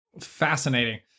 Fascinating